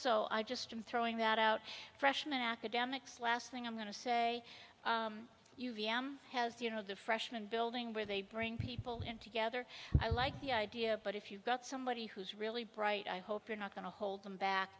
so i just i'm throwing that out freshman academics last thing i'm going to say has you know the freshman building where they bring people in together i like the idea but if you've got somebody who's really bright i hope you're not going to hold them back